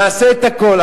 נעשה את הכול,